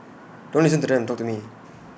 don't listen to them talk to me